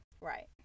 Right